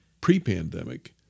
pre-pandemic